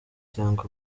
cyangwa